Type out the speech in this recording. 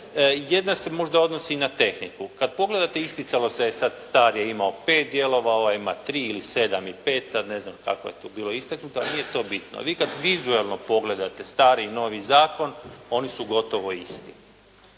Jedna se možda odnosi na tehniku. Kad pogledate, isticalo se, sad stari je imao 5 dijelova, ovaj ima 3, 7 ili 5, sad ne znam kako je tu bilo istaknuto, ali nije to bitno. Vi kad vizualno pogledate stari i novi zakon, oni su gotovo isti.